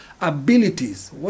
Abilities